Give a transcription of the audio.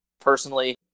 personally